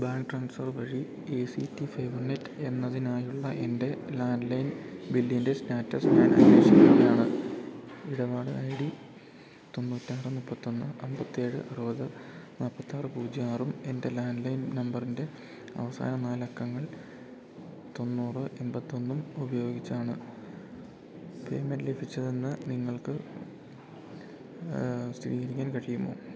bank transfer വഴി A C T fibernet എന്നതിനായുള്ള എൻ്റെ ലാൻഡ്ലൈൻ ബില്ലിൻ്റെ സ്റ്റാറ്റസ് ഞാൻ അന്വേഷിക്കുകയാണ് ഇടപാട് ഐ ഡി തൊണ്ണൂറ്റാറ് മുപ്പത്തൊന്ന് അമ്പത്തേഴ് അറുപത് നാല്പത്താറ് പൂജ്യം ആറും എൻ്റെ ലാൻഡ്ലൈൻ നമ്പറിൻ്റെ അവസാന നാലക്കങ്ങൾ തൊണ്ണൂറ് എമ്പത്തൊന്നും ഉപയോഗിച്ചാണ് പേയ്മെൻ്റ് ലഭിച്ചതെന്ന് നിങ്ങൾക്ക് സ്ഥിരീകരിക്കാൻ കഴിയുമോ